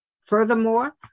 Furthermore